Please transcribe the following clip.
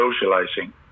socializing